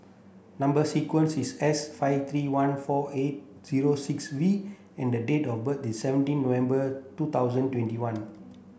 number sequence is S five three one four eight zero six V and the date of birth is seventeen November two thousand twenty one